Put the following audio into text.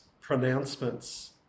pronouncements